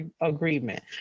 agreement